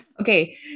Okay